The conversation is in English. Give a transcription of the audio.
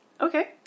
Okay